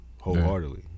wholeheartedly